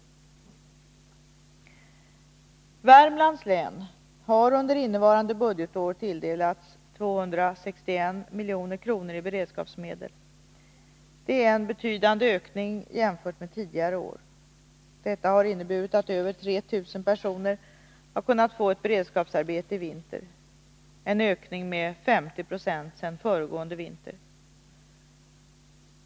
Värmlands län har under innevarande budgetår tilldelats 261 milj.kr. i beredskapsmedel. Det är en betydande ökning jämfört med tidigare år. Detta har inneburit att över 3 000 personer har kunnat få ett beredskapsarbete i vinter, en ökning med 50 90 sedan föregående vinter.